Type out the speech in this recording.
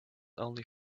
only